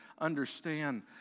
understand